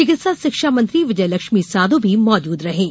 चिकित्सा शिक्षा मंत्री विजय लक्ष्मी साधौ भी मौजूद थीं